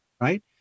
right